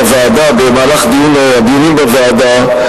בוועדה במהלך הדיונים בוועדה: